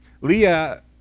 Leah